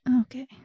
Okay